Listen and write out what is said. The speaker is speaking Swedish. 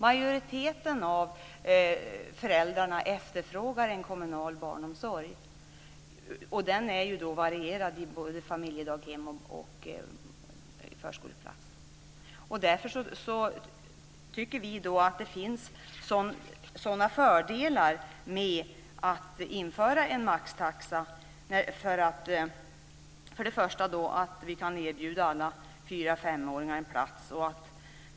Majoriteten av föräldrarna efterfrågar kommunal barnomsorg, och där varierar det mellan plats i familjedaghem och förskoleplats. Därför tycker vi att det finns fördelar med att införa en maxtaxa. Vi kan då erbjuda alla fyra och femåringar en plats.